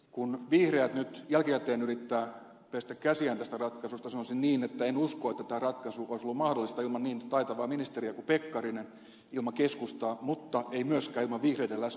kun vihreät nyt jälkikäteen yrittävät pestä käsiään tästä ratkaisusta sanoisin niin että en usko että tämä ratkaisu olisi ollut mahdollista ilman niin taitavaa ministeriä kuin pekkarinen ilman keskustaa mutta ei myöskään ilman vihreiden läsnäoloa hallituksessa